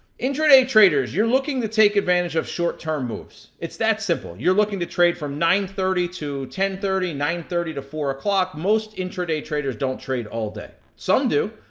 intra-day traders, you're looking to take advantage of short-term moves. it's that simple. you're looking to trade from nine thirty to ten thirty, nine thirty to four o'clock. most intra-day traders don't trade all day, some do.